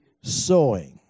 sowing